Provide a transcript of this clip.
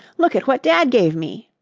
look at what dad gave me!